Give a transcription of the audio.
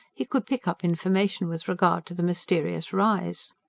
he could pick up information with regard to the mysterious rise.